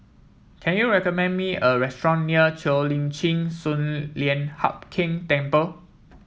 can you recommend me a restaurant near Cheo Lim Chin Sun Lian Hup Keng Temple